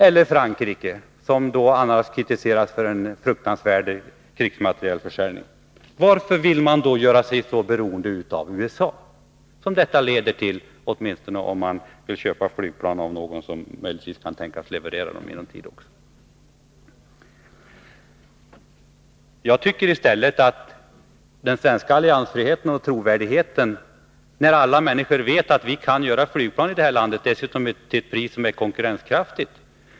Eller varför skall vi göra oss beroende av Frankrike, som f. ö. kritiserats för en fruktansvärd krigsmaterielförsäljning? Jag tycker i stället att vi inte skall riskera den svenska alliansfriheten och trovärdigheten, när alla människor vet att vi kan göra flygplan i det här landet och dessutom till ett pris som är konkurrenskraftigt.